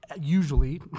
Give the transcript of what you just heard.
usually